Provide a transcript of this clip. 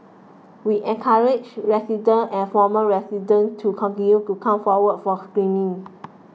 we encourage residents and former residents to continue to come forward for screening